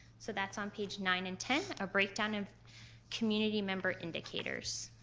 so that's on page nine and ten, a break down of community member indicators.